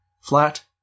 flat